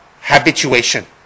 habituation